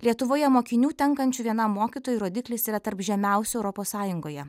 lietuvoje mokinių tenkančių vienam mokytojui rodiklis yra tarp žemiausių europos sąjungoje